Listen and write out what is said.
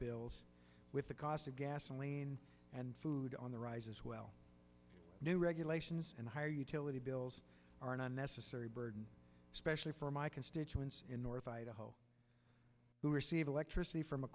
bills with the cost of gasoline and food on the rise as well new regulations and higher utility bills are an unnecessary burden especially for my constituents in north idaho who receive electricity from a